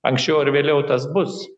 anksčiau ar vėliau tas bus